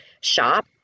shop